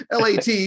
lat